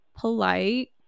polite